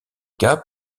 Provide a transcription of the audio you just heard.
cas